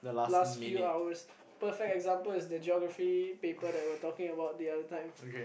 last few hours perfect example is the Geography paper that were talking about the other time